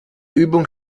übung